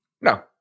No